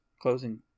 Closing